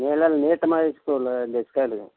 நல்லா நீட்டமாக இருக்கும்ல அந்த ஸ்கேல் வேணும்